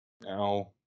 Now